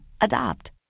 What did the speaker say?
adopt